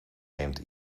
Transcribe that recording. neemt